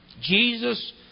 Jesus